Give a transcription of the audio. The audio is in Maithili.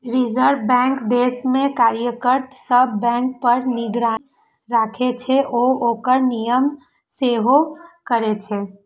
रिजर्व बैंक देश मे कार्यरत सब बैंक पर निगरानी राखै छै आ ओकर नियमन सेहो करै छै